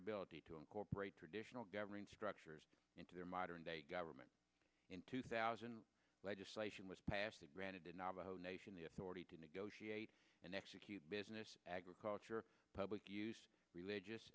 ability to incorporate traditional government structures into their modern day government in two thousand legislation was passed to granted navajo nation the authority to negotiate and execute business agriculture public use religious